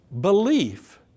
belief